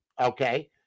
okay